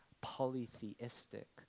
polytheistic